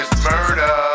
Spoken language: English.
Murder